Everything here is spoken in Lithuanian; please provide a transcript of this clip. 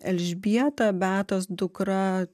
elžbieta beatos dukra